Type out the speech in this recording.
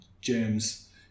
germs